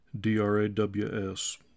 D-R-A-W-S